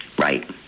right